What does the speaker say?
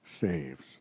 saves